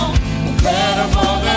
incredible